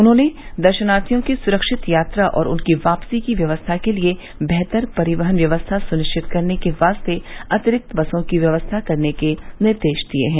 उन्होंने दर्शनार्थियों की सरक्षित यात्रा और उनकी वापसी की व्यवस्था के लिए बेहतर परिवहन व्यवस्था सुनिश्चित करने के वास्ते अतिरिक्त बसों की व्यवस्था करने के निर्देश दिए हैं